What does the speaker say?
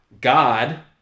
God